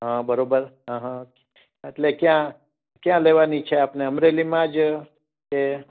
હાં બરોબર હાં હાં એટલે ક્યાં કયા લેવાની છે આપને અમરેલીમાં જ કે